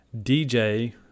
DJ